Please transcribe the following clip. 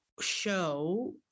show